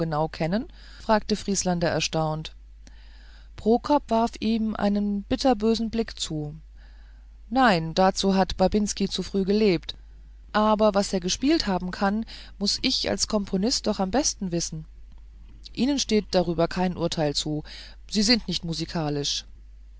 kennen fragte vrieslander erstaunt prokop warf ihm einen bitterbösen blick zu nein dazu hat babinski zu früh gelebt aber was er gespielt haben kann muß ich als komponist doch am besten wissen ihnen steht darüber kein urteil zu sie sind nicht musikalisch